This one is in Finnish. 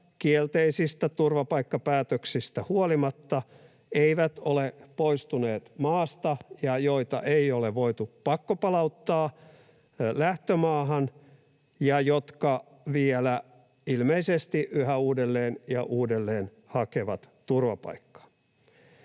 kielteisistä turvapaikkapäätöksistä huolimatta eivät ole poistuneet maasta ja joita ei ole voitu pakkopalauttaa lähtömaahan ja jotka vielä ilmeisesti yhä uudelleen ja uudelleen hakevat turvapaikkaa.